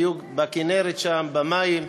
היו בכינרת, שם, במים.